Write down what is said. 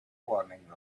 warnings